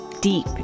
deep